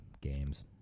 games